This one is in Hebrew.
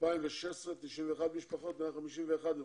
בשנת 2016 91 משפחות, 151 נפשות,